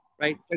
Right